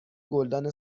گلدان